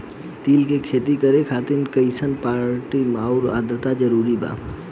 तिल के खेती करे खातिर कइसन माटी आउर आद्रता जरूरी बा?